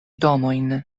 domojn